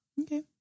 Okay